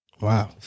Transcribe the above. Wow